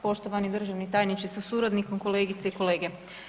Poštovani državni tajniče sa suradnikom, kolegice i kolege.